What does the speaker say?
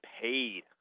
paid